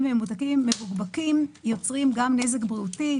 וממותקים מבוקבקים יוצרת גם נזק בריאותי,